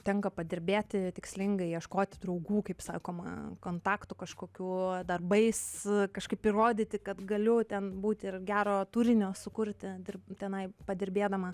tenka padirbėti tikslingai ieškoti draugų kaip sakoma kontaktų kažkokių darbais kažkaip įrodyti kad galiu ten būt ir gero turinio sukurti dirb tenai padirbėdama